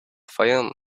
fayoum